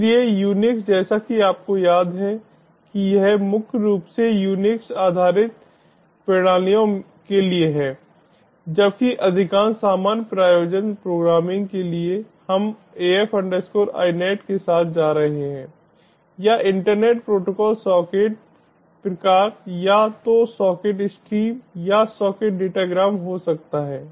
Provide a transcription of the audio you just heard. इसलिए UNIX जैसा कि आपको याद है कि यह मुख्य रूप से UNIX आधार प्रणालियों के लिए है जबकि अधिकांश सामान्य प्रयोजन प्रोग्रामिंग के लिए हम AF INET के साथ जा रहे हैं या इंटरनेट प्रोटोकॉल सॉकेट प्रकार या तो सॉकेट स्ट्रीम या सॉकेट डेटा ग्राम हो सकता है